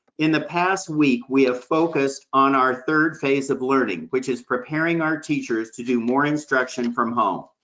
in the past week, we have focused on our third phase of learning, which is preparing our teachers to do more instruction from home.